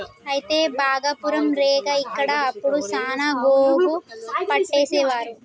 అయితే భాగపురం రేగ ఇక్కడ అప్పుడు సాన గోగు పట్టేసేవారు